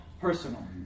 personal